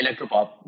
Electropop